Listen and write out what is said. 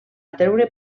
atreure